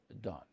done